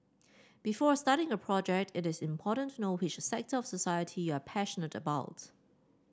before a starting her project it is important to know which sector of society you are passionate about